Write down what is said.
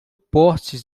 postes